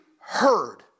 heard